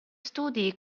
studi